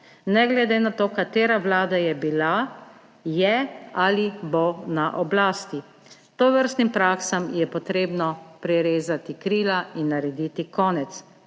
ne glede na to, katera vlada je bila, je ali bo na oblasti. Tovrstnim praksam je potrebno porezati krila in narediti konec,